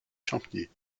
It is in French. champniers